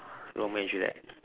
romeo and juliet